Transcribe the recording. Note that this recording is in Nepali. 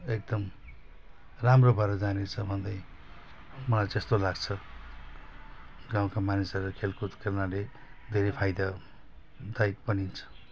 एकदम राम्रो भएर जानेछ भन्दै मलाई चाहिँ यस्तो लाग्छ गाउँका मानिसहरू खेलकुद खेल्नाले धेरै फाइदादायक पनि छ